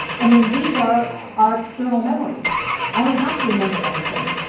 i mean these are our external memory i don't have to remember everything.